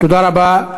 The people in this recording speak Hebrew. תודה רבה.